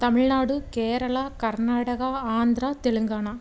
Tamil Nadu Kerala Karnataka Andhra Telangana